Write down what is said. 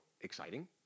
exciting